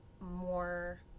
more